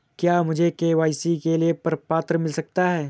क्या मुझे के.वाई.सी के लिए प्रपत्र मिल सकता है?